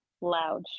Loud